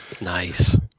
nice